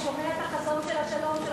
שומע את החזון של השלום של ראש הממשלה,